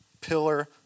pillar